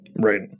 Right